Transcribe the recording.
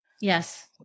Yes